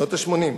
שנות ה-80,